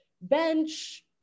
bench